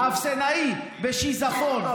האפסנאי בשיזפון,